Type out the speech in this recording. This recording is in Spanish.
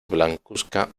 blancuzca